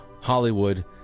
Hollywood